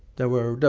there were